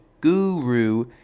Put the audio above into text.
guru